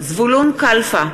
זבולון קלפה,